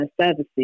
services